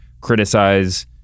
criticize